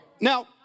Now